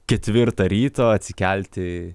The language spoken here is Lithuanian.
ketvirtą ryto atsikelti